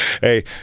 Hey